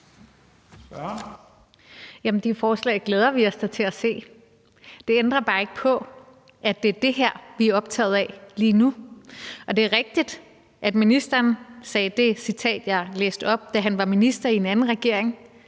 de forslag glæder vi os da til at se. Det ændrer bare ikke på, at det er det her, vi er optaget af lige nu. Og det er rigtigt, at ministeren sagde det, jeg citerede, jeg læste op, da han var minister i en anden regering.